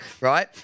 right